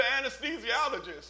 anesthesiologist